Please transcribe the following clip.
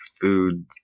food